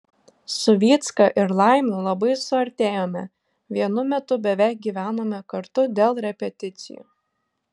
su vycka ir laimiu labai suartėjome vienu metu beveik gyvenome kartu dėl repeticijų